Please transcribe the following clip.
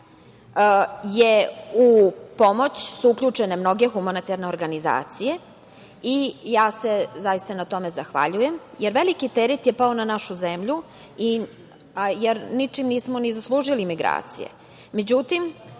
U pomoć su uključene mnoge humanitarne organizacije i zaista se na tome zahvaljujem, jer veliki teret je pao na našu zemlju, jer ničim nismo ni zaslužili migracije.